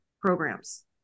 programs